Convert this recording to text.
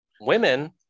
women